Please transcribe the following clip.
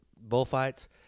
bullfights